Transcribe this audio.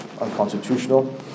unconstitutional